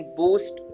boost